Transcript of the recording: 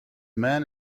man